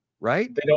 right